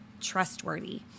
trustworthy